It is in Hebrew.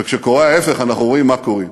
וכשקורה ההפך אנחנו רואים מה קורה.